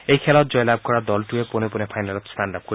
এই খেলত জয়লাভ কৰা দলটোৰে পোনে পোনে ফাইনেলত স্থান লাভ কৰিব